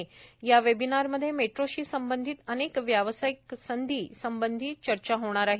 सदर वेबिनार मध्ये मेट्रोशी संबंधित अनेक व्यावसायिक संधी संबंधी चर्चा होणार आहे